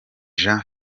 jean